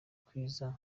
kwiza